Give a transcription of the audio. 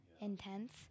intense